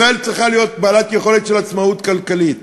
ישראל צריכה להיות בעלת יכולת של עצמאות כלכלית.